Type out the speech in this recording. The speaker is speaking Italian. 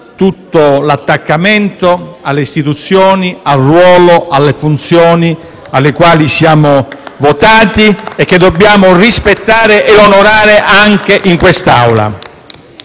tutto l'attaccamento alle istituzioni, al ruolo, alle funzioni alle quali siamo votati e che dobbiamo rispettare e onorare anche in quest'Aula.